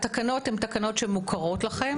התקנות מוכרות לכם.